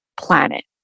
planet